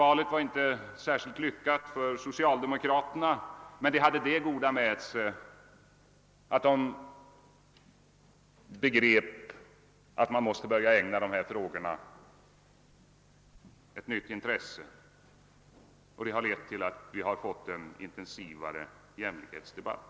Valet blev inte särskilt lyckat för socialdemokraterna, men det förde det goda med sig att socialdemokraterna insåg att de måste börja ägna jämlikhetsfrågorna ett nytt intresse. Detta har lett till att vi fått en intensivare jämlikhetsdebatt.